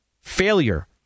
Failure